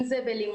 אם זה בלימודים.